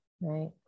right